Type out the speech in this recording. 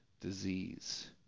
disease